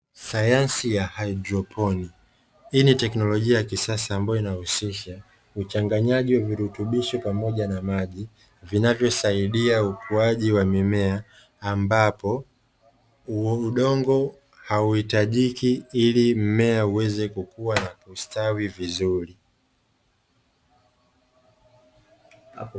Sayansi ya hairoponi, hii ni teknolojia ya kisasa ambayo inahusisha uchanganyaji wa virutubisho pamoja na maji, vinavyosaidia ukuaji wa mimea, ambapo udongo hauhitajiki, ili mmea uweze kukua na kustawi vizuri.